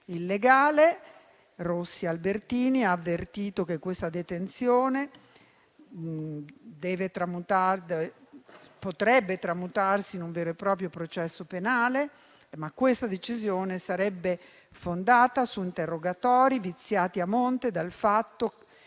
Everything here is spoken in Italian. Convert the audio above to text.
Il legale Rossi Albertini ha avvertito che questa detenzione potrebbe tramutarsi in un vero e proprio processo penale, ma questa decisione sarebbe fondata su interrogatori viziati a monte dal fatto di